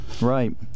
Right